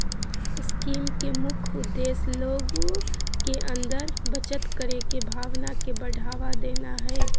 scheme के मुख्य उद्देश्य लोग के अंदर बचत करे के भावना के बढ़ावा देना हइ